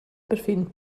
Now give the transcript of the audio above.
perfin